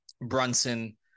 Brunson –